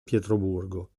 pietroburgo